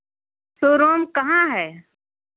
show room कहाँ है